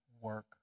work